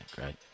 right